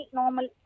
normal